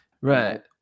Right